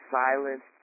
silent